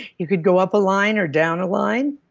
you could go up a line or down a line.